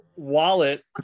wallet